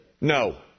No